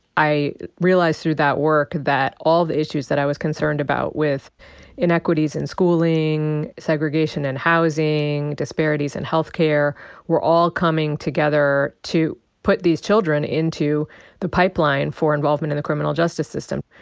i realized through that work that all the issues that i was concerned about with inequities in schooling, segregation in housing, disparities in health care were all coming together to put these children into the pipeline for involvement in the criminal justice system.